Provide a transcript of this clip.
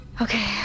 Okay